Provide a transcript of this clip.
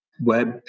web